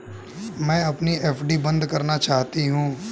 मैं अपनी एफ.डी बंद करना चाहती हूँ